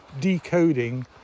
decoding